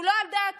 הוא לא על דעתו,